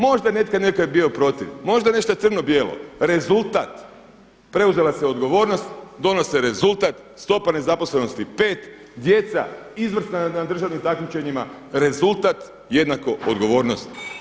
Možda je netko nekada bio protiv, možda nešto crno bijelo, rezultat preuzela se odgovornost, donio se rezultat, stopa nezaposlenosti 5, djeca izvrsna na državnim takmičenjima, rezultat jednako odgovornost.